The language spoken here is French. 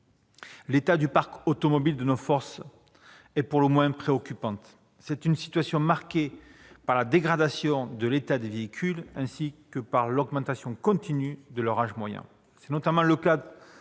l'état du parc automobile est pour le moins préoccupant. C'est une situation marquée par la dégradation de l'état des véhicules ainsi que par l'augmentation continue de leur âge moyen. C'est notamment le cas